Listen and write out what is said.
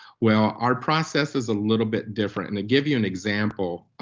well, our process is a little bit different. and to give you an example,